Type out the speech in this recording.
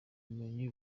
ubumenyi